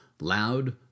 Loud